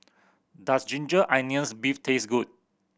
does ginger onions beef taste good